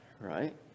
right